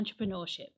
entrepreneurship